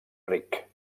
ric